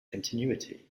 continuity